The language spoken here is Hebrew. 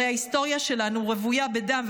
הרי ההיסטוריה שלנו רוויה בדם,